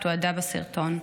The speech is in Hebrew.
שתועדה בסרטון.